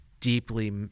deeply